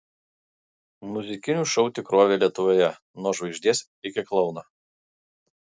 muzikinių šou tikrovė lietuvoje nuo žvaigždės iki klouno